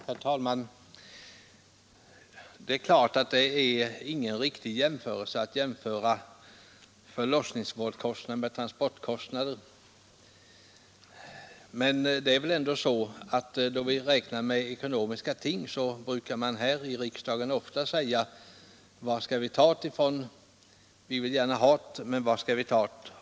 Herr talman! Det är klart att det inte är riktigt att jämföra förlossningsvårdskostnader med transportkostnader, men när vi räknar med ekonomiska ting brukar vi här i riksdagen ofta säg: Vi vill gärna ha't, men var ska vi tat?